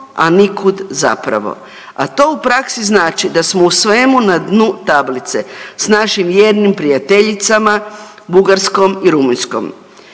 a nikud zapravo, a to u praksi znači da smo u svemu na dnu tablice s našim vjernim prijateljicama Bugarskom i Rumunjskom.